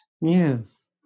Yes